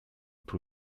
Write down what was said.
pro